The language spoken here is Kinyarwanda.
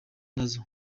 nazo